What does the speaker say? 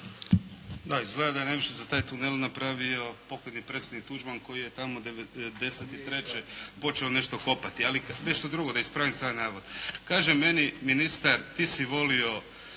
Da, izgleda da je najviše za taj tunel napravi pokojni predsjednik Tuđman koji je tamo 93. počeo nešto kopati. Ali nešto drugo da ispravim. Kaže meni ministar ti si volio